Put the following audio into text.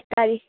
by ल